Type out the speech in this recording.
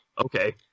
Okay